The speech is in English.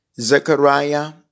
Zechariah